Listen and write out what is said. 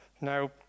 Now